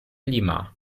lima